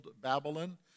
Babylon